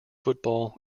football